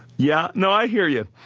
yeah. no, i hear you.